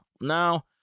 Now